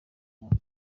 mwaka